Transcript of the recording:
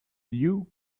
you